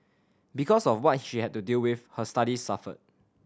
because of what she had to deal with her studies suffered